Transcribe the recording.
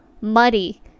muddy